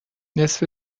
نصف